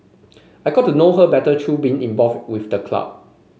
I got to know her better through being involved with the club